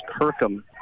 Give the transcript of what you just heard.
Kirkham